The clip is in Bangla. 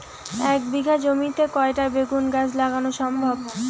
এক বিঘা জমিতে কয়টা বেগুন গাছ লাগানো সম্ভব?